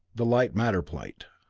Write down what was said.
the light-matter plate.